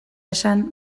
esan